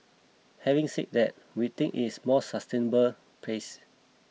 having said that we think it's more sustainable pace